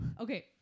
Okay